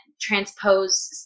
transpose